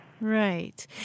right